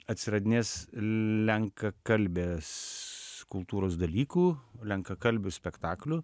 atsiradinės lenkakalbės kultūros dalykų lenkakalbių spektaklių